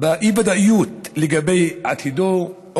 באי-ודאות לגבי עתידו.